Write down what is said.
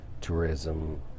tourism